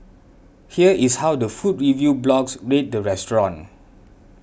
here is how the food review blogs rate the restaurant